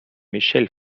michelle